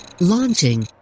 launching